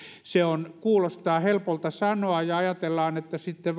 se kuulostaa helpolta sanoa ja ajatellaan että sitten